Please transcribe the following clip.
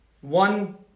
one